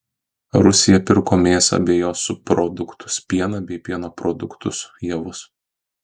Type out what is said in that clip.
rusija pirko mėsą bei jos subproduktus pieną bei pieno produktus javus